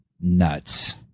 nuts